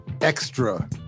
extra